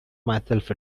myself